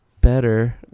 better